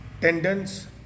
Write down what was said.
tendons